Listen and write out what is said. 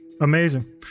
Amazing